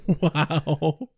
Wow